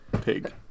pig